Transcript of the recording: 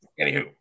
anywho